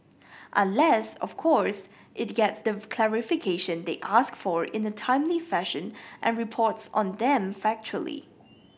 unless of course it gets the clarification they ask for in a timely fashion and reports on them factually